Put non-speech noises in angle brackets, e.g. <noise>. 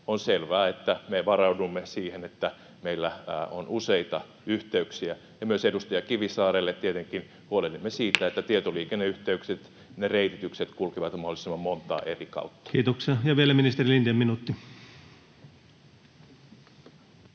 On selvää, että me varaudumme niin, että meillä on useita yhteyksiä. Ja myös edustaja Kivisaarelle: tietenkin huolehdimme siitä, <noise> että tietoliikenneyhteydet, ne reititykset, kulkevat mahdollisimman montaa eri kautta. Kiitoksia. — Vielä ministeri Lindén, minuutti.